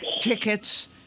Tickets